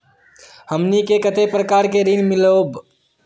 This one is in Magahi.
हमनी के कते प्रकार के ऋण मीलोब?